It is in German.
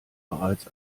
bereits